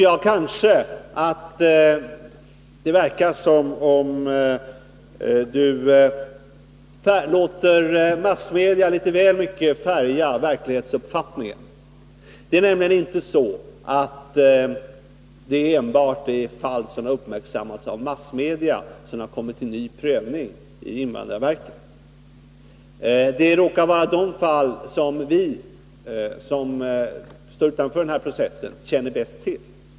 Jag tycker att det verkar som om Alexander Chrisopoulos låter massmedia litet väl mycket färga uppfattningen. Det är nämligen inte så, att det enbart är fall som uppmärksammats av massmedia som på nytt har prövats av invandrarverket. Det råkar emellertid vara de fall som vi, som står utanför processen, känner bäst till.